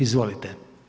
Izvolite.